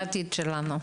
בודדים.